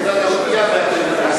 בגלל השתייה הוא איבד את ההכרה.